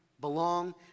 Belong